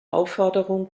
aufforderung